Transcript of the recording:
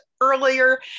earlier